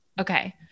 Okay